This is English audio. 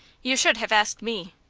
you should have asked me.